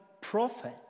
prophet